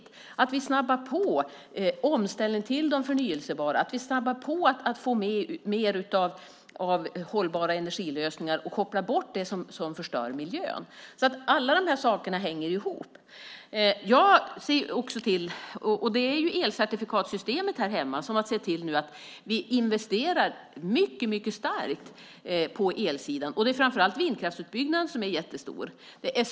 Vi måste snabba på omställningen till det förnybara, snabba på fler hållbara energilösningar och koppla bort det som förstör miljön. Allt detta hänger ihop. Här hemma har vi elcertifikatsystemet, och vi investerar mycket starkt på elsidan. Det är framför allt vindkraftsutbyggnaden som är jättestor.